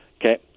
Okay